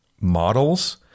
Models